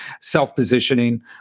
self-positioning